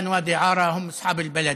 שתושבי ואדי עארה הם בעלי המקום.